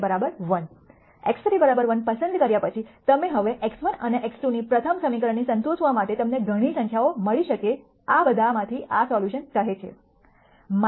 x3 1 પસંદ કર્યા પછી તમે હવે x1 અને x2 ની પ્રથમ સમીકરણને સંતોષવા માટે તમને ઘણી સંખ્યાઓ મળી શકે આ બધામાંથી આ સોલ્યુશન આ કહે છે 0